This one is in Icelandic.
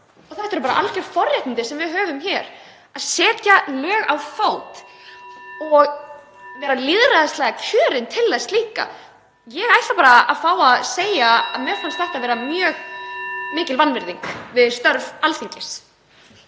Það eru alger forréttindi sem við höfum hér til að setja lög og vera lýðræðislega kjörin til þess. Ég ætla bara að fá að segja að mér fannst þetta vera mjög mikil vanvirðing við störf Alþingis.